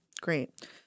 Great